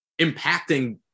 impacting